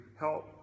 help